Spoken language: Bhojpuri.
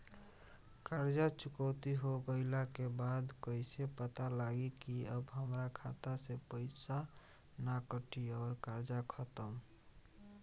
कर्जा चुकौती हो गइला के बाद कइसे पता लागी की अब हमरा खाता से पईसा ना कटी और कर्जा खत्म?